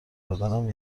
بدنم